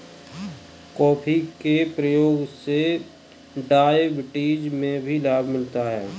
coffee के प्रयोग से डायबिटीज में भी लाभ मिलता है